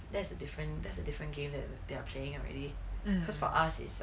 there's a different there's a different game that they are playing already cause for us is like